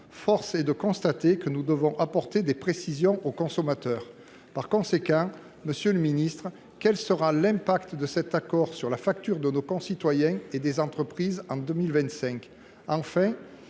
force est de constater que nous devons apporter des précisions aux consommateurs. Ainsi, monsieur le ministre, quel sera l’impact de cet accord sur la facture de nos concitoyens et des entreprises en 2025 ?